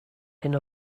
hyn